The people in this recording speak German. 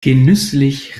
genüsslich